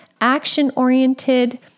action-oriented